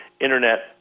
internet